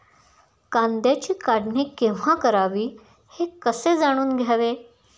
कांद्याची काढणी केव्हा करावी हे कसे जाणून घ्यावे?